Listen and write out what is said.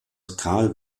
carl